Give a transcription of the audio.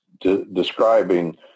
describing